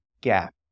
gap